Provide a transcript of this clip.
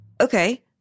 Okay